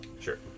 Sure